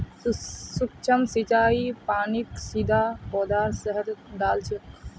सूक्ष्म सिंचाईत पानीक सीधा पौधार सतहत डा ल छेक